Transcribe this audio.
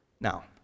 Now